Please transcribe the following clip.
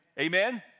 Amen